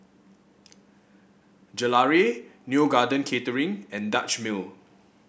Gelare Neo Garden Catering and Dutch Mill